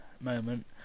moment